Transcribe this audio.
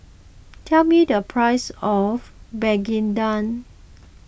tell me the price of Begedil